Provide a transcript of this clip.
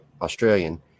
Australian